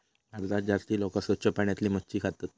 भारतात जास्ती लोका स्वच्छ पाण्यातली मच्छी खातत